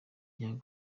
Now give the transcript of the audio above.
young